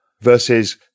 versus